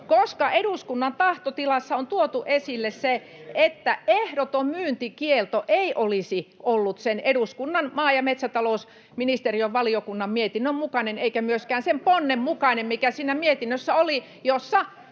koska eduskunnan tahtotilassa on tuotu esille, että ehdoton myyntikielto ei olisi ollut sen eduskunnan maa- ja metsätalousvaliokunnan mietinnön mukainen eikä myöskään sen ponnen mukainen, mikä oli siinä mietinnössä, jossa